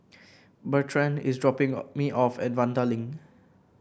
Bertrand is dropping me off at Vanda Link